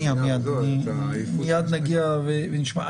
מיד נגיע ונשמע.